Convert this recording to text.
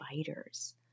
spiders